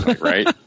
Right